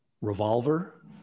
Revolver